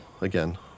again